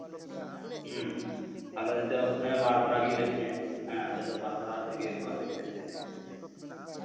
ᱦᱮᱸ ᱟᱞᱮ ᱫᱚ ᱚᱱᱮ ᱵᱟᱨ ᱦᱚᱨᱟ ᱜᱤᱧ ᱞᱟᱹᱭᱟᱜ ᱢᱮᱭᱟ ᱦᱮᱸ ᱟᱞᱮ ᱫᱚ ᱵᱟᱨ ᱦᱚᱨᱟ ᱛᱮᱜᱮ ᱚᱱᱠᱟ ᱛᱮᱜᱮ ᱞᱮ ᱮᱱᱮᱡᱼᱟ